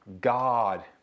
God